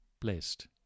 blessed